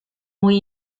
muy